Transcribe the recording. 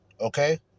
Okay